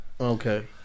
Okay